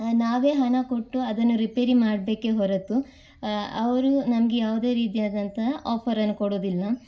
ನಾವೇ ಹಣ ಕೊಟ್ಟು ಅದನ್ನು ರಿಪೇರಿ ಮಾಡಬೇಕೆ ಹೊರತು ಅವರು ನಮಗೆ ಯಾವುದೇ ರೀತಿಯಾದಂಥ ಆಫರನ್ನು ಕೊಡುವುದಿಲ್ಲ